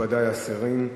מכובדי השרים,